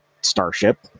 Starship